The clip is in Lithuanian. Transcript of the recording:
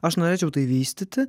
aš norėčiau tai vystyti